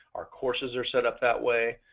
our courses are set up that way,